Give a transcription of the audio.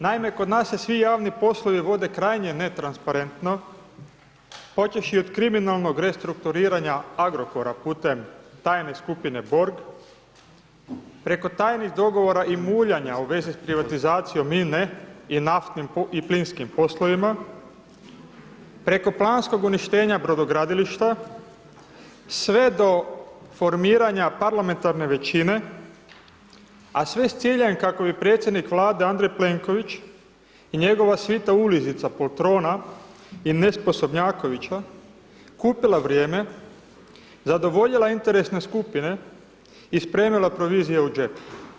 Naime, kod nas se svi javni poslovi vode krajnje netransparentno počevši od kriminalnog restrukturiranja Agrokora putem tajne skupine Borg, preko tajnih dogovora i muljanja u svezi s privatizacijom INA-e i naftnim i plinskim poslovima, preko planskog uništenja brodogradilišta sve do formiranja parlamentarne većine a sve sa ciljem kako bi predsjednik Vlade Andrej Plenković i njegova svita ulizica poltrona i nesposobnjakovića kupila vrijeme, zadovoljila interesne skupine i spremila provizije u džep.